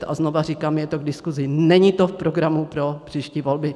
A znova říkám, je to k diskusi, není to v programu pro příští volby.